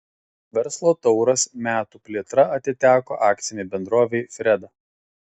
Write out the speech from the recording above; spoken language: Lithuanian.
verslo tauras metų plėtra atiteko akcinei bendrovei freda